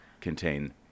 contain